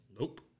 Nope